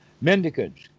Mendicants